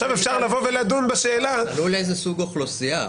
עכשיו אפשר לדון בשאלה --- תלוי לאיזה סוג אוכלוסייה.